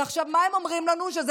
ועכשיו מה הם אומרים לנו, שזאת